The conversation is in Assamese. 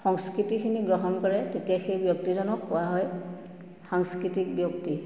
সংস্কৃতিখিনি গ্ৰহণ কৰে তেতিয়া সেই ব্যক্তিজনক পোৱা হয় সাংস্কৃতিক ব্যক্তি